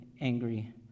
angry